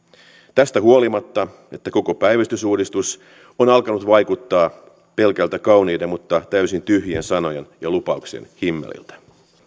tästä huolimatta että koko päivystysuudistus on alkanut vaikuttaa pelkältä kauniiden mutta täysin tyhjien sanojen ja lupauksien himmeliltä